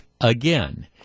again